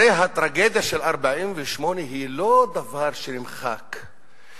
הרי הטרגדיה של 1948 היא לא דבר שנמחק.